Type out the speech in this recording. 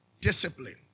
Discipline